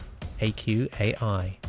AQAI